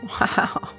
Wow